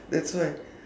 that's why